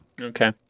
Okay